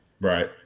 Right